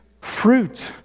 fruit